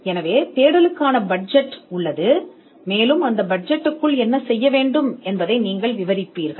எனவே தேடலுக்கான பட்ஜெட் உள்ளது மேலும் என்ன செய்ய வேண்டும் என்பதை அந்த பட்ஜெட்டில் விவரிப்பீர்கள்